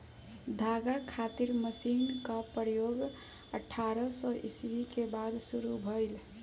धागा खातिर मशीन क प्रयोग अठारह सौ ईस्वी के बाद शुरू भइल